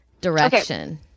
direction